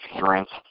strength